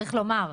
צריך לומר,